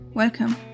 Welcome